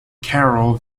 carol